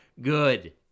good